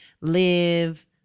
live